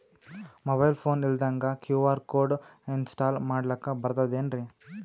Mobile phone ಇಲ್ದಂಗ QR code install ಮಾಡ್ಲಕ ಬರ್ತದೇನ್ರಿ?